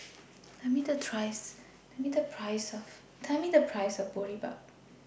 Tell Me The Price of Boribap